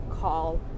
call